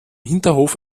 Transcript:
hinterhof